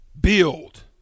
build